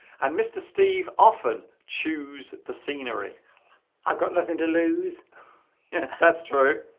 and mr. steve often choose the scenery i've got nothing to lose yeah that's true